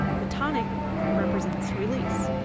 the tonic represents release.